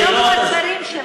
זה פשוט עלה מתוך הדברים שלך.